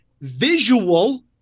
visual